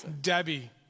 Debbie